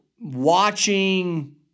watching